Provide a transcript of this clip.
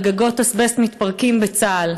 על גגות אזבסט מתפרקים בצה"ל.